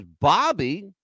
Bobby